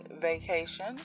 vacation